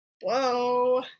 Whoa